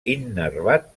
innervat